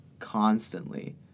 constantly